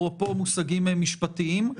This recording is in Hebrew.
אפרופו מושגים משפטיים.